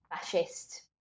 fascist